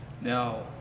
Now